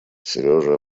сережа